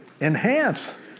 enhance